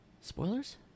Spoilers